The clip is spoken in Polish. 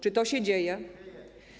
Czy to się dzieje?